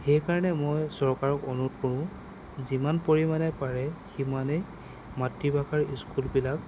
সেইকাৰণে মই চৰকাৰক অনুৰোধ কৰোঁ যিমান পৰিমাণে পাৰে সিমানেই মাতৃভাষাৰ স্কুলবিলাক